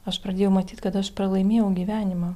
aš pradėjau matyt kad aš pralaimėjau gyvenimą